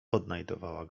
odnajdywała